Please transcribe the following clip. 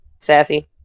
Sassy